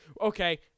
Okay